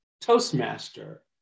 Toastmaster